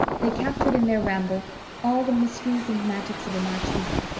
they captured in their ramble all the mysteries and magics of a march evening.